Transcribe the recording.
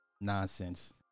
nonsense